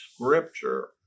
scripture